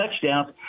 touchdowns